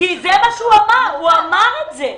זה מה שאמר נציג משרד הכלכלה.